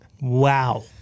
Wow